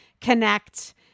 connect